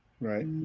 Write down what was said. Right